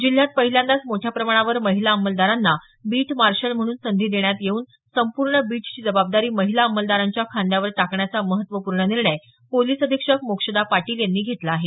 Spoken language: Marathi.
जिल्ह्यात पहिल्यांदाच मोठ्या प्रमाणावर महिला अंमलदारांना बीट मार्शल म्हणून संधी देण्यात येवून संपूर्ण बीटची जबाबदारी महिला अंमलदारांच्या खाद्यांवर टाकण्याचा महत्वपूर्ण निर्णय पोलीस अधीक्षक मोक्षदा पाटील यांनी घेतला आहे